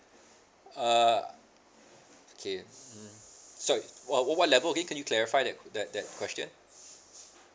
uh okay mm sorry what what level again can you clarify that that that question